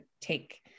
take